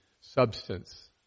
substance